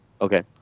okay